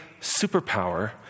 superpower